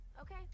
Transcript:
okay